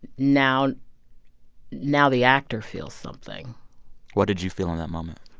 now now the actor feels something what did you feel in that moment?